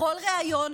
בכל ריאיון,